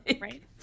Right